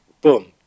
boom